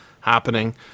happening